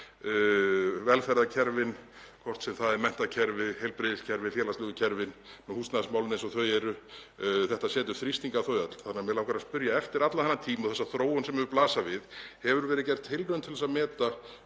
Velferðarkerfin, hvort sem það er menntakerfi, heilbrigðiskerfi, félagslegu kerfin, húsnæðismálin eins og þau eru, þetta setur þrýsting á þau öll. Þannig að mig langar að spyrja: Eftir allan þennan tíma, þessa þróun sem hefur blasað við, hefur verið gerð tilraun til að meta